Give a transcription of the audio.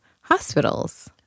hospitals